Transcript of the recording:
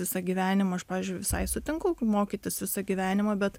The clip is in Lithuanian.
visą gyvenimą aš pavyzdžiui visai sutinku mokytis visą gyvenimą bet